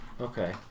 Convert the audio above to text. Okay